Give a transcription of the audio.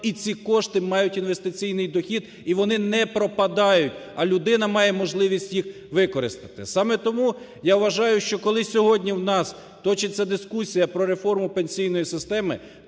і ці кошти мають інвестиційний дохід, і вони не пропадають, а людина має можливість їх використати. Саме тому я вважаю, що коли сьогодні у нас точиться дискусія про реформу пенсійної системи,